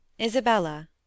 Isabella